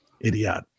idiot